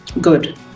Good